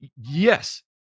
Yes